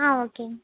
ஆ okay